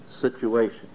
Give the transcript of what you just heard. situation